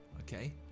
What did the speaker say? okay